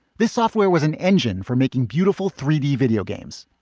this software was an engine for making beautiful three d video games.